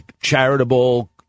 charitable